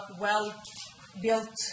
well-built